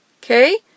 Okay